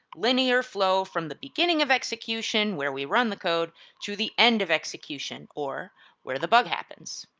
linear flow from the beginning of execution where we run the code to the end of execution, or where the bug happens.